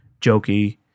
jokey